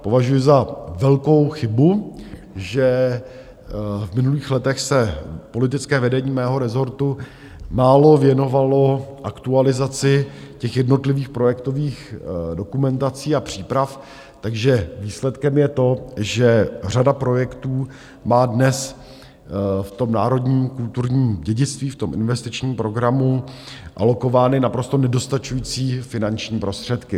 Považuji za velkou chybu, že v minulých letech se politické vedení mého rezortu málo věnovalo aktualizaci těch jednotlivých projektových dokumentací a příprav, takže výsledkem je to, že řada projektů má dnes v tom národním kulturním dědictví v investičním programu alokovány naprosto nedostačující finanční prostředky.